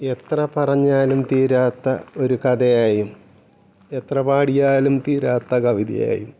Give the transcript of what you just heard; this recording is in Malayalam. എത്ര പറഞ്ഞാലും തീരാത്ത ഒരു കഥയായും എത്ര പാടിയാലും തീരാത്ത കവിതയായും